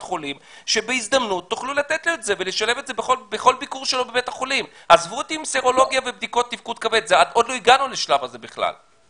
החולים שאין להם מידע לגבי ארץ לידה של המטופלים שלהם?